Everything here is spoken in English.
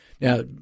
now